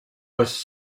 was